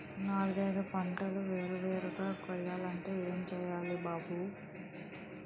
నాలుగైదు పంటలు వేరు వేరుగా కొయ్యాలంటే ఏం చెయ్యాలి బాబూ